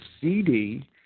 CD